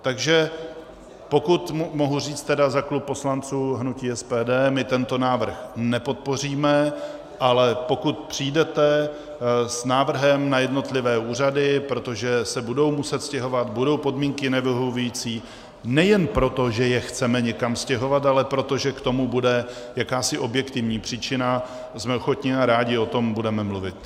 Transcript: Takže pokud mohu říct tedy za klub poslanců hnutí SPD, my tento návrh nepodpoříme, ale pokud přijdete s návrhem na jednotlivé úřady, protože se budou muset stěhovat, budou podmínky nevyhovující, nejen proto, že je chceme někam stěhovat, ale proto, že k tomu bude jakási objektivní příčina, jsme ochotni a rádi o tom budeme mluvit.